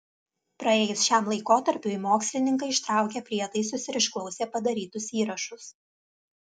praėjus šiam laikotarpiui mokslininkai ištraukė prietaisus ir išklausė padarytus įrašus